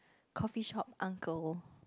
coffeeshop uncle